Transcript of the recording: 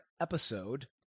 episode